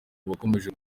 abakomeje